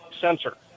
sensor